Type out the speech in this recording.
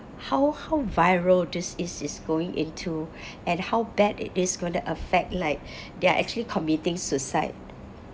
how how viral this is is going into and how bad it is going to affect like they're actually committing suicide